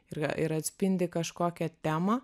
ir ir atspindi kažkokią temą